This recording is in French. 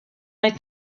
est